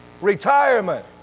retirement